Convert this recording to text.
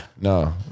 No